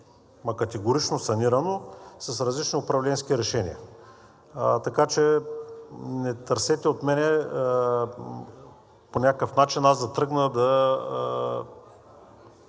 категорично санирано, с различни управленски решения. Така че не търсете от мен по някакъв начин аз да тръгна да